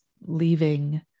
leaving